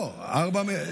לא, 4 מיליארד.